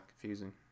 confusing